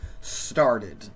started